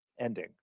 ending